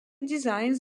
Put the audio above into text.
designs